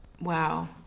Wow